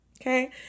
Okay